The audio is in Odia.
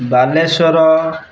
ବାଲେଶ୍ୱର